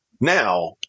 now